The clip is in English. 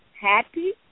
Happy